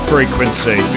Frequency